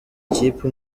kipe